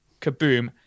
Kaboom